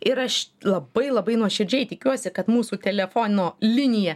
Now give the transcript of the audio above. ir aš labai labai nuoširdžiai tikiuosi kad mūsų telefono linija